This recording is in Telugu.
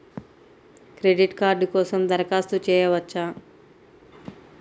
క్రెడిట్ కార్డ్ కోసం దరఖాస్తు చేయవచ్చా?